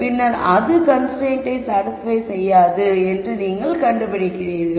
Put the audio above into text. பின்னர் அது கன்ஸ்ரைன்ட்டை சாடிஸ்பய் செய்யாது என்று நீங்கள் கண்டுபிடிக்கிறீர்கள்